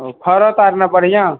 फड़त आर ने बढ़िऑं